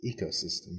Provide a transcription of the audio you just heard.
Ecosystem